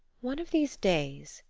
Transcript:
one of these days,